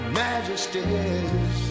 majesties